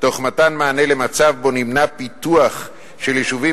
תוך מתן מענה למצב שבו נמנע פיתוח של יישובים